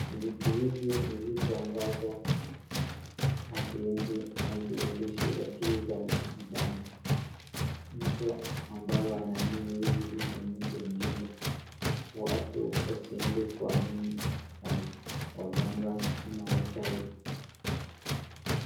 Vitu hizi ni viti ambazo haziendi, haziendeshi akili za mwanadamu. Mtu ambao anaamini hizi vitu ni mtu mjinga. Watu wasiende kuamini waganga ama wachawi.